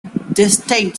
distinct